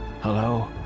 Hello